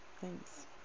Thanks